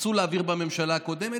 רצו להעביר בממשלה הקודמת.